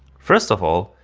first of all,